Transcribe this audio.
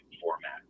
format